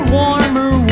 warmer